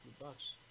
bucks